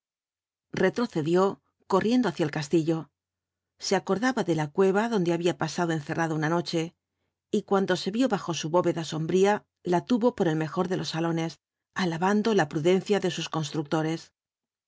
retrocedió corriendo hacia el castillo se acordaba de la cueva donde había pasado encerrado una noche y cuando se vio bajo su bóveda sombría la tuvo por el mejor de los salones alabando la prudencia de sus constructores